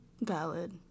Valid